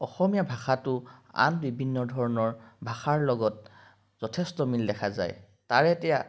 অসমীয়া ভাষাটো আন বিভিন্ন ধৰণৰ ভাষাৰ লগত যথেষ্ট মিল দেখা যায় তাৰে এতিয়া